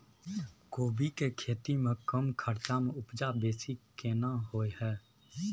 कोबी के खेती में कम खर्च में उपजा बेसी केना होय है?